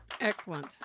excellent